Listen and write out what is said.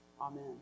Amen